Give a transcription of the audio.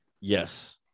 yes